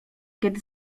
kiedy